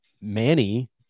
Manny